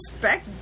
respect